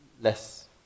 less